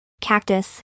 cactus